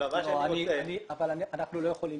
אנחנו לא יכולים